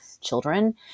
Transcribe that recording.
children